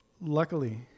luckily